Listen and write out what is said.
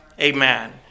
Amen